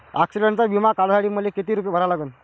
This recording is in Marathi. ॲक्सिडंटचा बिमा काढा साठी मले किती रूपे भरा लागन?